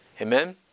Amen